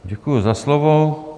Děkuji za slovo.